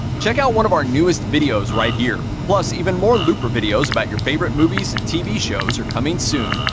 check out one of our newest videos right here! plus, even more looper videos about your favorite movies and tv shows are coming soon.